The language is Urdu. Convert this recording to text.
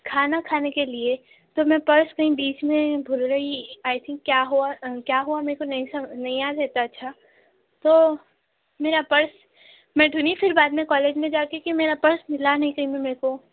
کھانا کھانے کے لیے تو میں پرس کہیں بیچ میں بھول گئی آئی تھنک کیا ہوا کیا ہوا میرے کو نہیں نہیں یاد رہتا اچھا تو میرا پرس میں ڈھونڈھی پھر بعد میں کالج میں جا کے کہ میرا پرس ملا نہیں کہیں بھی میرے کو